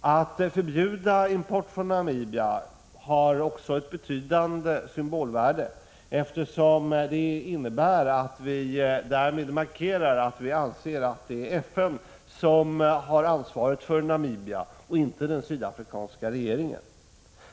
Att förbjuda import från Namibia har ett betydande symbolvärde, eftersom det innebär att vi därmed markerar att vi anser att det är FN som har ansvaret för Namibia och inte den sydafrikanska regeringen.